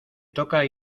toca